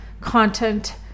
content